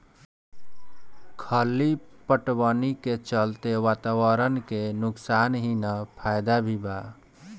खली पटवनी के चलते वातावरण के नुकसान ही ना फायदा भी बा